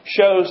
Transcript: shows